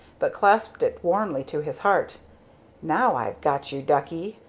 but clasped it warmly to his heart now i've got you, ducky!